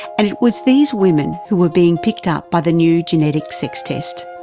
and it was these women who were being picked up by the new genetic sex test.